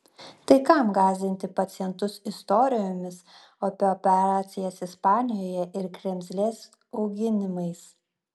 tai kam gąsdinti pacientus istorijomis apie operacijas ispanijoje ir kremzlės auginimais